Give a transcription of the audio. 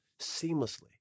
seamlessly